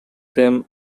them